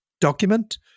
document